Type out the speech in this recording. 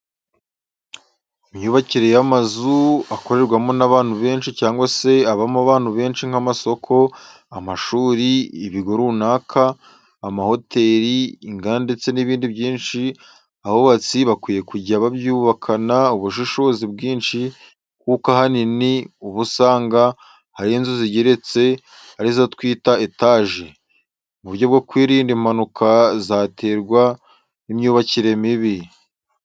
Imyubakire y'amazu akorerwamo n'abantu benshi cyangwa se abamo abantu benshi nk'amasoko, amashuri, ibigo runaka, amahoteri, inganda ndetse n'ibindi byinshi abubatsi bakwiye kujya babyubakana ubushishozi bwinshi kuko ahanini uba usanga ari inzu zigeretse arizo twita etaje. Mu buryo bwo kwirinda impanuka zaterwa n'imyubakire mibi.